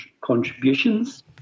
contributions